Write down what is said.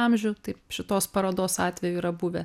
amžių taip šitos parodos atveju yra buvę